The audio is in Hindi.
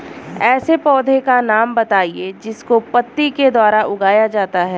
ऐसे पौधे का नाम बताइए जिसको पत्ती के द्वारा उगाया जाता है